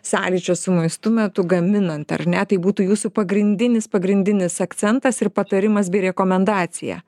sąlyčio su maistu metu gaminant ar ne tai būtų jūsų pagrindinis pagrindinis akcentas ir patarimas bei rekomendacija